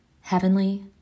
Heavenly